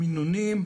המינונים,